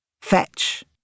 Fetch